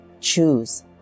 choose